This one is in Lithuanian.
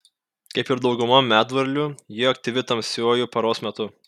kaip ir dauguma medvarlių ji aktyvi tamsiuoju paros metu